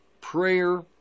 prayer